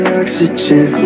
oxygen